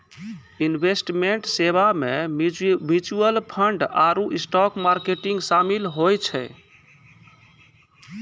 investment सेबा मे mutual fund आरु स्टाक मार्केट शामिल होय छै